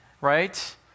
right